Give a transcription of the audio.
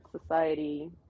society